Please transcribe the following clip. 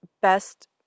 best